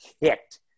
kicked